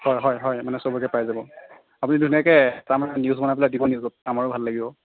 হয় হয় হয় মানে সবকে পাই যাব আপুনি ধুনীয়াকৈ তাৰমানে নিউজ বনাই দিব নিউজত আমাৰো ভাল লাগিব